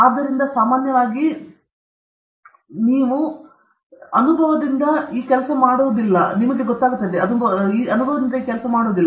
ಆದ್ದರಿಂದ ಸಾಮಾನ್ಯವಾಗಿ ನೀವು ಹತ್ತಿರ ಪಡೆಯುವಿರಿ ನಂತರ ನೀವು ಹೇಳುವುದಿಲ್ಲ ಇಲ್ಲ ಇಲ್ಲ ನಾನು ನೋಡಿದ್ದೇನೆ ನನ್ನ ಅನುಭವದಿಂದ ಇದು ಕೆಲಸ ಮಾಡುವುದಿಲ್ಲ ಅದು ಕೆಲಸ ಮಾಡುವುದಿಲ್ಲ ಸರಿ